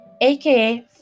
AKA